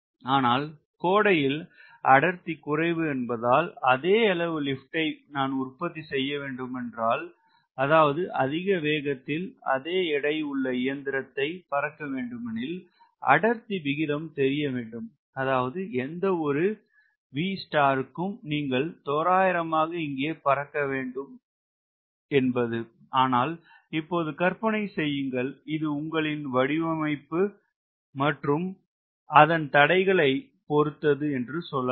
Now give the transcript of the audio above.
ஆனால் கோடையில் அடர்த்தி குறைவு என்பதால் அதே அளவு லிப்ட் ஐ நான் உற்பத்தி செய்ய வேண்டும் என்றால் அதாவது அதிக வேகத்தில் அதே எடை உள்ள இயந்திரத்தை பறக்க வேண்டுமெனில் அடர்த்தி விகிதம் தெரிய வேண்டும் அதாவது எந்த ஒரு V க்கும் நீங்கள் தோராயமாக இங்கே பறக்க வேண்டும் ஆனால் இப்போது கற்பனை செய்யுங்கள் இது உங்களின் வடிவமைப்பு மற்றும் அதன் தடைகளை பொறுத்தது என்று சொல்லலாம்